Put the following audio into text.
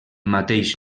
mateix